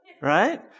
right